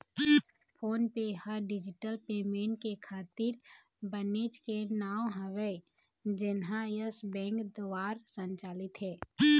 phone पे ह digital payment के खातिर बनेच के नांव हवय जेनहा यस बेंक दुवार संचालित हे